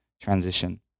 transition